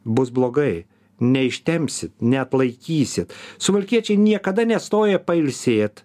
bus blogai neištempsit neatlaikysit suvalkiečiai niekada nestoja pailsėt